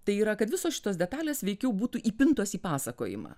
tai yra kad visos šitos detalės veikiau būtų įpintos į pasakojimą